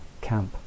camp